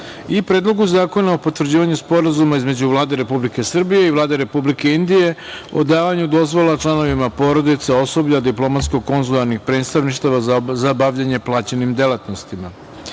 i Predlogu zakona o Potvrđivanju Sporazuma između Vlade Republike Srbije i Vlade Republike Indije o davanju dozvola članovima porodica osoblja diplomatsko-konzularnih predstavništava za bavljenje plaćenim delatnostima. Pod